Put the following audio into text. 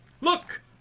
Look